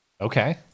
okay